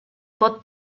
pot